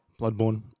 Bloodborne